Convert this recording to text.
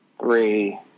three